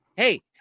hey